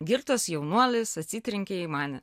girtas jaunuolis atsitrenkė į mane